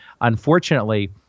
Unfortunately